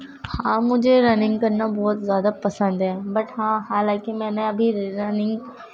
ہاں مجھے رننگ کرنا بہت زیادہ پسند ہے بٹ ہاں حالانکہ میں نے ابھی رننگ